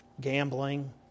gambling